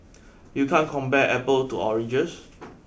you can't compare apples to oranges